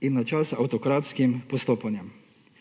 in na čas avtokratskim postopanjem.